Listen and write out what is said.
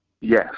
Yes